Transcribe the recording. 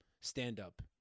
stand-up